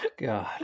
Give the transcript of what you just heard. god